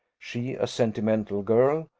she a sentimental girl,